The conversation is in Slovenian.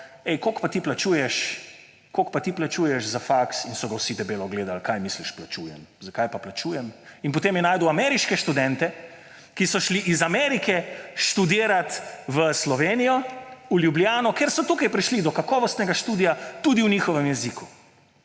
»Ej, koliko pa ti plačuješ za faks?« In so ga vsi debelo gledali: »Kaj misliš, plačujem? Zakaj pa plačujem?«. In potem je našel ameriške študente, ki so šli iz Amerike študirati v Slovenijo, v Ljubljano, ker so tukaj prišli do kakovostnega študija tudi v njihovem jeziku